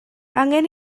angen